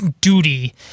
duty